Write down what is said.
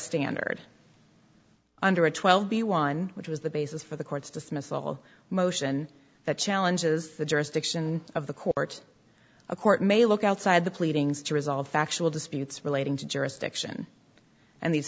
standard under a twelve b one which was the basis for the court's dismissal motion that challenges the jurisdiction of the court a court may look outside the pleadings to resolve factual disputes relating to jurisdiction and these